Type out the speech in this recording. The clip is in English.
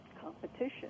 Competition